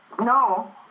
No